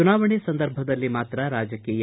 ಚುನಾವಣೆ ಸಂದರ್ಭದಲ್ಲಿ ಮಾತ್ರ ರಾಜಕೀಯ